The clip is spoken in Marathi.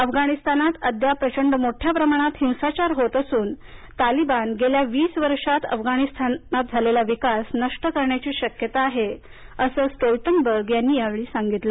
अफगाणिस्तानात अद्याप प्रचंड मोठ्या प्रमाणात हिंसचार होत असून तालिबान गेल्या वीस वर्षात अफगाणिस्तानात झालेला विकास नष्ट करण्याची शक्यता आहे असं स्टोल्टनबर्ग यांनी या वेळी सांगितलं